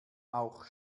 auch